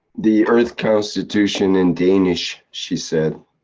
the earth constitution in danish, she said,